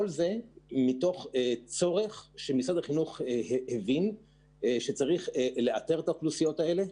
כל זה מתוך הבנה של משרד החינוך שצריך לאתר את האוכלוסיות האלו.